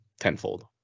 tenfold